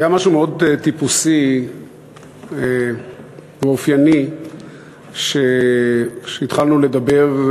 היה משהו מאוד טיפוסי ואופייני בדיון הזה,